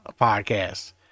podcast